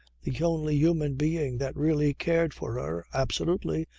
the only human being that really cared for her, absolutely,